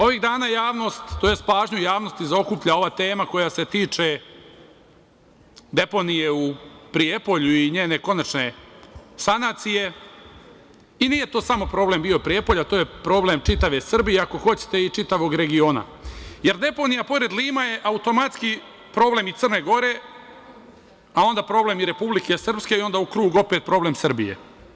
Ovih dana pažnju javnosti zaokuplja ova tema koja se tiče deponije u Prijepolju i njene konačne sanacije i nije to bio samo problem Prijepolja, to je problem čitave Srbije, ako hoćete i čitavog regiona, jer deponija pored Lima je automatski problem i Crne Gore, a onda problem i Republike Srpske i onda u krug opet problem Srbije.